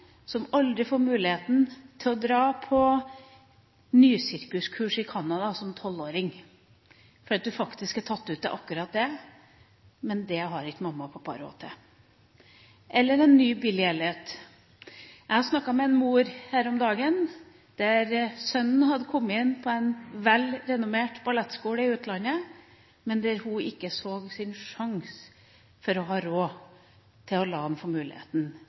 som aldri får muligheten til å dra på nysirkuskurs i Canada som 12-åring – du er faktisk tatt ut til akkurat det, men det har ikke mamma og pappa råd til – eller en ny Billy Elliot. Jeg snakket med en mor her om dagen – sønnen hadde kommet inn på en velrenommert ballettskole i utlandet, men hun så ingen sjanse til å ha råd til å la